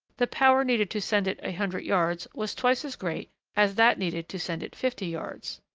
the power needed to send it a hundred yards was twice as great as that needed to send it fifty yards.